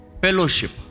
Fellowship